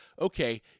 okay